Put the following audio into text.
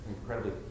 incredibly